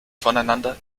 voneinander